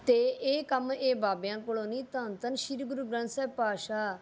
ਅਤੇ ਇਹ ਕੰਮ ਇਹ ਬਾਬਿਆਂ ਕੋਲੋਂ ਨਹੀਂ ਧੰਨ ਧੰਨ ਸ਼੍ਰੀ ਗੁਰੂ ਗ੍ਰੰਥ ਸਾਹਿਬ ਪਾਤਸ਼ਾਹ